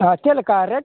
ᱦᱮᱸ ᱪᱮᱫ ᱞᱮᱠᱟ ᱨᱮᱹᱴ